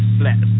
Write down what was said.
flat